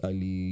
Ali